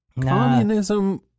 Communism